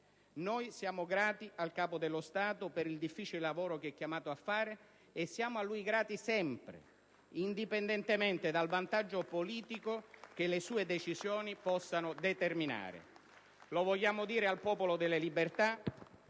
Noi siamo grati al Capo dello Stato per il difficile lavoro che è chiamato a fare e siamo a lui grati sempre, indipendentemente dal vantaggio politico che le sue decisioni possano determinare. *(Applausi dai Gruppi